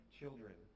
children